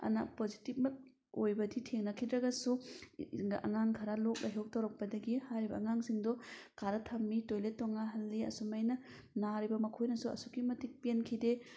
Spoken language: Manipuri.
ꯄꯣꯖꯤꯇꯤꯕꯃꯛ ꯑꯣꯏꯕꯗꯤ ꯊꯦꯡꯅꯈꯤꯗ꯭ꯔꯒꯁꯨ ꯑꯉꯥꯡ ꯈꯔ ꯂꯣꯛ ꯂꯥꯏꯍꯧ ꯇꯧꯔꯛꯄꯗꯒꯤ ꯍꯥꯏꯔꯤꯕ ꯑꯉꯥꯡꯁꯤꯡꯗꯣ ꯀꯥꯗ ꯊꯝꯃꯤ ꯇꯣꯏꯂꯦꯠ ꯇꯣꯉꯥꯟꯍꯜꯂꯤ ꯑꯁꯨꯝꯍꯥꯏꯅ ꯅꯥꯔꯤꯕ ꯃꯈꯣꯏꯅꯁꯨ ꯑꯁꯨꯛꯀꯤ ꯃꯇꯤꯛ ꯄꯦꯟꯈꯤꯗꯦ